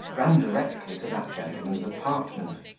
ran directly to that gentleman's apartment,